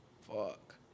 fuck